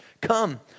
Come